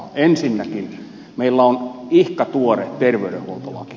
ensinnäkin meillä on ihka tuore terveydenhuoltolaki